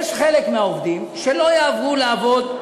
חלק מהעובדים לא יעברו לעבוד,